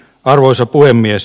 arvoisa puhemies